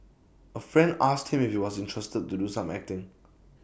A friend asked him if he was interested to do some acting